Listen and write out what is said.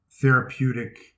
therapeutic